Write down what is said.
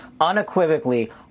unequivocally